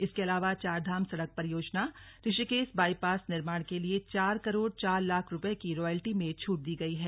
इसके अलावा चारधाम सड़क परियोजना ऋषिकेश बाईपास निर्माण के लिए चार करोड़ चार लाख रुपये की रॉयल्टी में छूट दी गई है